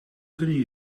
kunnen